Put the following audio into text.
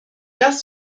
das